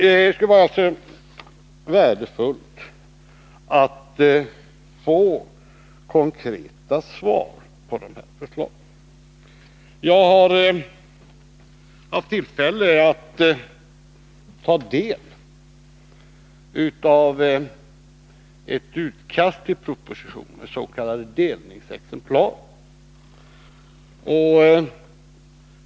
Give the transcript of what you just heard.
Det skulle vara värdefullt att få konkreta svar när det gäller dessa förslag. Jag har haft tillfälle att ta del av ett utkast till propositionen, ett s.k. delningsexemplar.